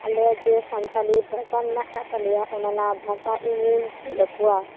ᱟᱞᱮᱭᱟᱜ ᱡᱮ ᱥᱟᱱᱛᱟᱲᱤ ᱵᱷᱟᱥᱟ ᱢᱮᱱᱟᱜ ᱟᱠᱟᱫ ᱛᱟᱞᱮᱭᱟ ᱚᱱᱟᱱᱟ ᱵᱷᱟᱥᱟ ᱤᱧᱤᱧ ᱪᱮᱫ ᱟᱠᱚᱭᱟ